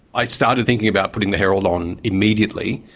i started thinking about putting the heraldon immediately.